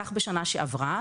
כך בשנה שעברה,